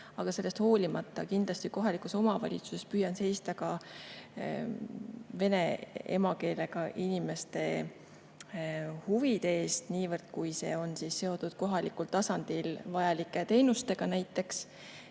aga sellest hoolimata püüan kindlasti kohalikus omavalitsuses seista ka vene emakeelega inimeste huvide eest, niivõrd kui see on seotud kohalikul tasandil vajalike teenustega näiteks.